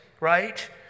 right